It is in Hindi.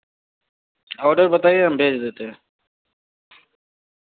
ऑर्डर बताईए हम भेज देते हैं